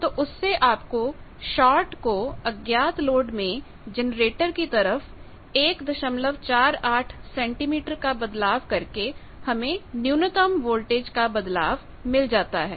तो उससे आपको शॉर्ट को अज्ञात लोड में जनरेटर की तरफ 148 सेंटीमीटर का बदलाव करके हमें न्यूनतम वोल्टेज का बदलाव मिल जाता है